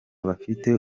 bafite